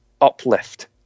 uplift